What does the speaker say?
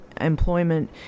employment